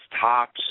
tops